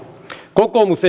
kokoomus